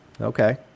Okay